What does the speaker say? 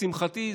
לשמחתי,